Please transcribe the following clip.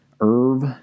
Irv